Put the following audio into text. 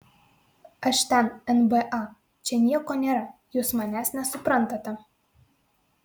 aš ten nba čia nieko nėra jūs manęs nesuprantate